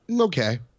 okay